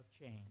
change